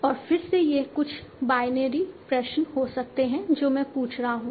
और फिर से ये कुछ बायनरी प्रश्न हो सकते हैं जो मैं पूछ रहा हूं